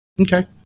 Okay